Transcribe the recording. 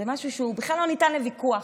זה משהו שהוא בכלל לא ניתן לוויכוח.